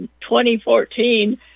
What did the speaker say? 2014